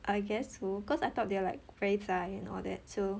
I guess so cause I thought they are like very zai and all that so